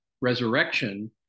resurrection